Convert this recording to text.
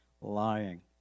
lying